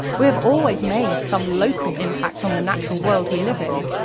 we have always made some local impact on the natural world we live in,